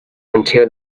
until